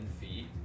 feet